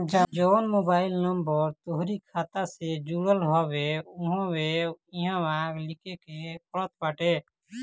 जवन mobile number तोहरी खाता से जुड़ल हवे उहवे इहवा लिखे के पड़त बाटे